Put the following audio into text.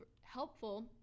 helpful